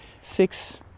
six